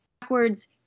backwards